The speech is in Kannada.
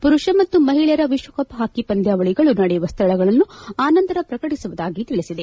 ಪುರುಷ ಮತ್ತು ಮಹಿಳೆಯರ ವಿಶ್ವಕಪ್ ಹಾಕಿ ಪಂದ್ಹಾವಳಿಗಳು ನಡೆಯುವ ಸ್ವಳಗಳನ್ನು ಆನಂತರ ಪ್ರಕಟಿಸುವುದಾಗಿ ತಿಳಿಸಿದೆ